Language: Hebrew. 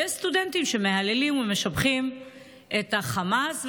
ויש סטודנטים שמהללים ומשבחים את חמאס,